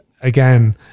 again